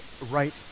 right